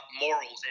morals